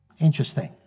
Interesting